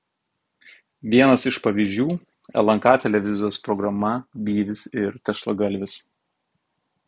vienas iš pavyzdžių lnk televizijos programa byvis ir tešlagalvis